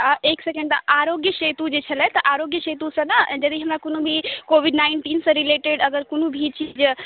तऽ एक सेकण्ड तऽ आरोग्य सेतु जे छलै तऽ आरोग्य सेतुसँ ने यदि हमरा कोनो कोविड नाइनटीनसँ रिलेटेड कोनो भी चीज